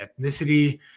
ethnicity